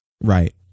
Right